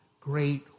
great